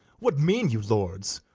what mean you, lords?